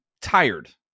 tired